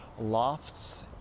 Lofts